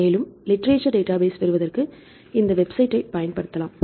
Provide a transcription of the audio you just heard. மேலும் literature database பெறுவதற்கும் இந்த வெப்சைட்டை பயன்படுத்தலாம்